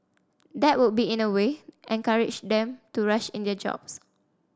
that would in a way encourage them to rush in their jobs